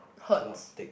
cannot take